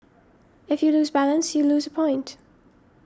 if you lose balance you lose point